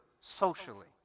socially